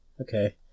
Okay